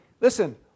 Listen